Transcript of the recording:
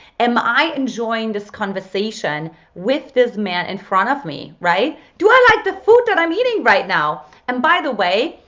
am i enjoying this conversation with this man in and front of me, right? do i like the food that i'm eating right now? and by the way,